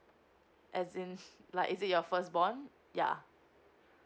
as in like is it your first born ya